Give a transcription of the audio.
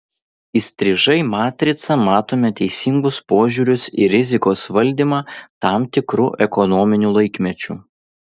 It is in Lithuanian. įstrižai matricą matome teisingus požiūrius į rizikos valdymą tam tikru ekonominiu laikmečiu